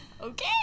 Okay